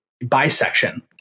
bisection